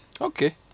Okay